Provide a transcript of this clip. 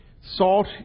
Salt